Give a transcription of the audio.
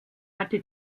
hatte